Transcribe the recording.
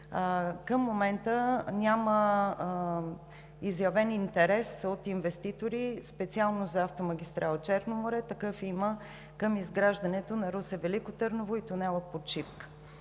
Към момента няма изявен интерес от инвеститори специално за автомагистрала „Черно море“. Такъв има към изграждането на Русе – Велико Търново и тунела под „Шипка“.